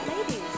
ladies